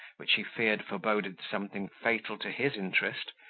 which he feared foreboded something fatal to his interest,